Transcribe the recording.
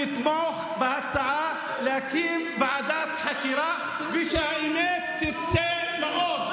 תתמוך בהצעה להקים ועדת חקירה, ושהאמת תצא לאור.